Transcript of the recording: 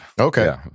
okay